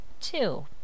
Two